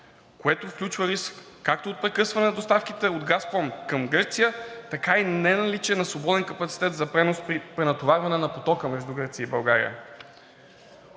което включва риск както от прекъсване на доставките от „Газпром“ към Гърция, така и неналичие на свободен капацитет за пренос при пренатоварване на потока между Гърция и България.